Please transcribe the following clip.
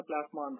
Plasma